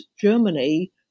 Germany